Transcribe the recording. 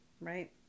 right